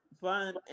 fine